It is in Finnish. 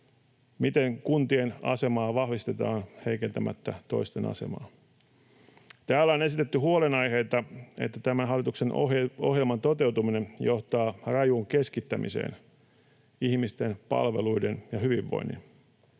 miten kuntien asemaa vahvistetaan heikentämättä toisten asemaa. Täällä on esitetty huolenaiheita siitä, että tämän hallituksen ohjelman toteutuminen johtaa rajuun keskittämiseen: ihmisten, palveluiden ja hyvinvoinnin.